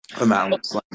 amounts